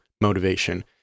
motivation